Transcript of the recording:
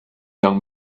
young